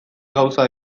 gauza